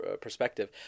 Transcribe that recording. perspective